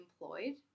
employed